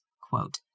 quote